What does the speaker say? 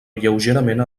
lleugerament